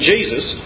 Jesus